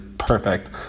perfect